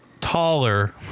taller